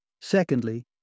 Secondly